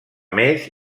més